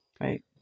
Right